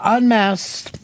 Unmasked